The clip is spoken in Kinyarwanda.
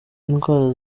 indwara